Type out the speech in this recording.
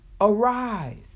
Arise